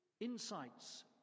insights